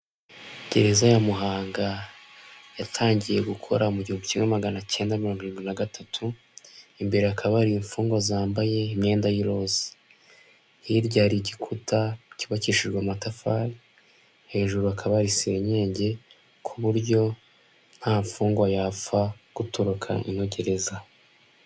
Gereza ya muhanga yatangiye gukora mu gihumbi kimwe magana acyenda mirongo irindwi na tatu imbere hakaba hari imfungwa zambaye imyenda y'iroza hirya hari igikuta cyubakishijwe amatafari hejuru hakaba hari senyenge ku buryo nta mfungwa yapfa gutoroka ino gereza.